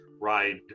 ride